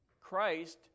Christ